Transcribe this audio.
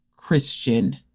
Christian